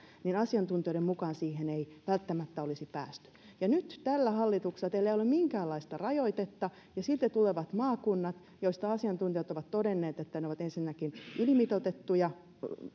niin asiantuntijoiden mukaan siihen ei välttämättä olisi päästy ja nyt teillä tällä hallituksella ei ole minkäänlaista rajoitetta ja sitten tulevat maakunnat joista asiantuntijat ovat todenneet että ne ovat ensinnäkin lukumäärältään ylimitoitettuja